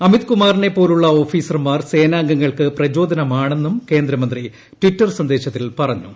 അമിത് കുമാറിനെ പോലുള്ള ഓഫീസർമാർ സേനാംഗങ്ങൾക്ക് പ്രചോദനമാണെന്നും കേന്ദ്രമന്ത്രി ട്വിറ്റർ സന്ദേശത്തിൽ പറഞ്ഞു